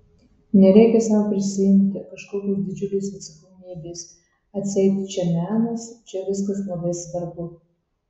nereikia sau prisiimti kažkokios didžiulės atsakomybės atseit čia menas čia viskas labai svarbu